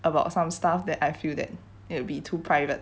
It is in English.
about some stuff that I feel that it would be to private